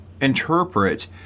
interpret